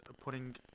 putting